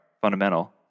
fundamental